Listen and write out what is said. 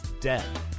dead